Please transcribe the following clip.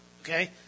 okay